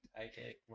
Okay